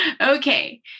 Okay